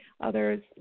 others